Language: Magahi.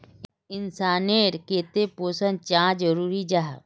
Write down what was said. इंसान नेर केते पोषण चाँ जरूरी जाहा?